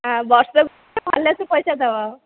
ଆଉ ବର୍ଷ ଭଲସେ ପଇସା ଦେବ